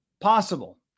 possible